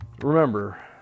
remember